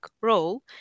role